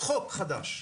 חוק חדש!,